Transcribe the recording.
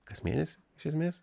kas mėnesį iš esmės